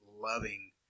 loving